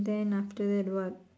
then after that what